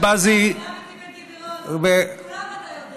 שבזי לא היית יודע להגיד,